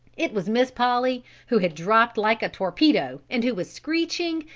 it was miss polly who had dropped like a torpedo and who was screeching,